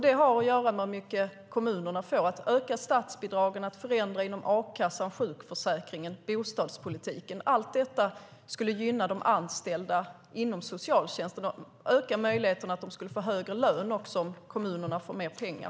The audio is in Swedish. Det har att göra med hur mycket kommunerna får. Att öka statsbidragen och förändra inom a-kassan, sjukförsäkringen och bostadspolitiken - allt detta skulle gynna de anställda inom socialtjänsten. Det skulle också öka möjligheten att få högre lön om kommunerna får mer pengar.